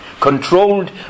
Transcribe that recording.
Controlled